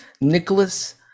nicholas